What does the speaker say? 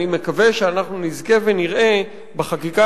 אני מקווה שאנחנו נזכה ונראה בחקיקה